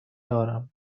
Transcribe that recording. دارم